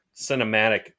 cinematic